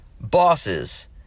bosses